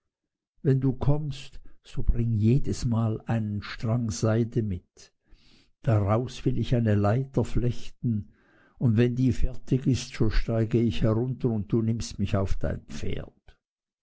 wenn du kommst so bringe jedesmal einen strang seide mit daraus will ich eine leiter flechten und wenn die fertig ist so steige ich herunter und du nimmst mich auf dein pferd